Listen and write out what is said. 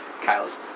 Kyle's